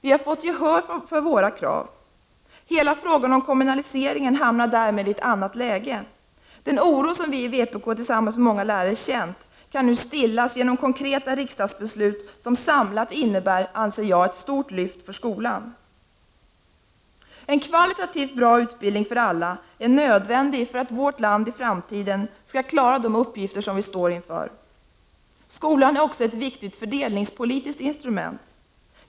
Vi har fått gehör för våra krav. Hela frågan om kommunaliseringen hamnar därmed i ett annat läge. Den oro som vi i vpk, tillsammans med många lärare, känt kan nu stillas genom konkreta riksdagsbeslut, som enligt min mening samlat innebär ett stort lyft för skolan. En kvalitativt bra utbildning för alla är nödvändig för att vårt land i framtiden skall klara de uppgifter det står inför. Skolan är också ett viktigt fördelningspolitiskt instrument.